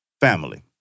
family